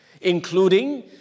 including